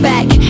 Back